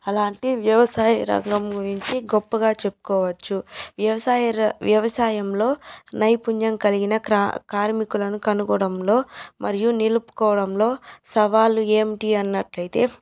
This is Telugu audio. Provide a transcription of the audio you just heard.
అలాంటి వ్యవసాయ రంగం గురించి గొప్పగా చెప్పుకోవచ్చు వ్యవసాయ రన్ వ్యవసాయంలో నైపుణ్యం కలిగిన కా కార్మికులను కనుగోడంలో మరియు నిలుపుకోడంలో సవాళ్ళు ఏమిటి అన్నట్లయితే